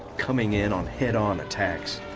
coming in on head-on attacks.